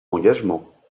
engagement